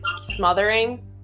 smothering